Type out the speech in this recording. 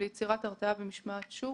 ביצירת הרתעה ומשמעת שוק,